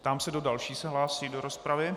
Ptám se, kdo další se hlásí do rozpravy.